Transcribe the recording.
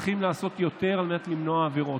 צריכים לעשות יותר כדי למנוע עבירות.